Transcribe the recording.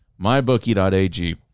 mybookie.ag